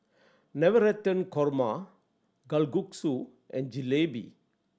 Navratan Korma Kalguksu and Jalebi